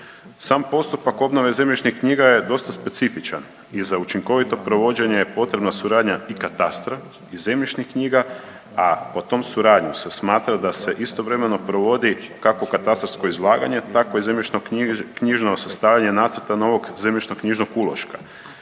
Sam postupak obnove zemljišnih knjiga je dosta specifičan i za učinkovito provođenje je potrebna suradnja i katastra i zemljišnih knjiga, a pod tom suradnjom se smatra da se istovremeno provodi kako katastarsko izlaganje tako i zemljišno-knjižno sastavljanje Nacrta novog zemljišno-knjižnog uloška,